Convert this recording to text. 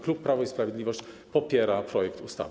Klub Prawo i Sprawiedliwość popiera projekt ustawy.